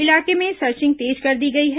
इलाके में सर्चिंग तेज कर दी गई हैं